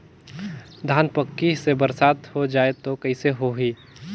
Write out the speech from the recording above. धान पक्की से बरसात हो जाय तो कइसे हो ही?